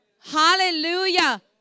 Hallelujah